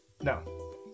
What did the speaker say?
No